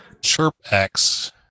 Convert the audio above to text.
ChirpX